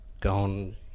gone